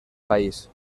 país